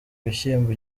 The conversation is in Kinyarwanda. ibishyimbo